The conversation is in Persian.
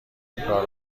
اینکار